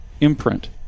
imprint